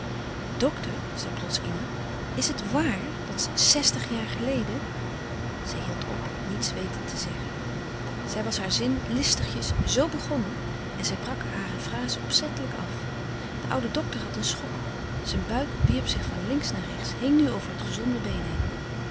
dokter zei plots ina is het waar dat zèstig jaren geleden zij hield op niets wetend te zeggen zij was haar zin listigjes zo begonnen en zij brak hare fraze opzettelijk af de oude dokter had een schok zijn buik wierp zich van links naar rechts hing nu over het gezonde been